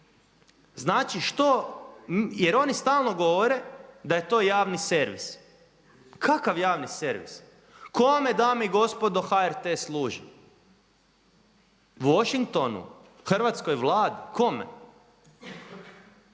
Znači što, jer oni stalno govore da je to javni servis. Kakav javni servis? Kome dame i gospodo HRT služi, Washingtonu, hrvatskoj Vladi, kome?